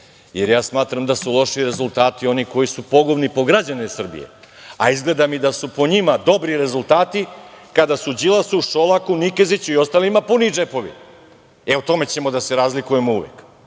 jer ja smatram da su loši rezultati oni koji su pogubni po građane Srbije, a izgleda mi da su po njima dobri rezultati kada su Đilasu, Šolaku, Nikeziću i ostalima puni džepovi! E, u tome ćemo da se razlikujemo uvek!